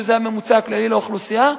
שזה הממוצע הכללי לאוכלוסייה,